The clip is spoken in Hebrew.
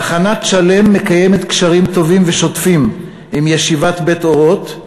תחנת "שלם" מקיימת קשרים טובים ושוטפים עם ישיבת "בית אורות"